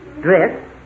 Dress